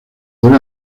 debe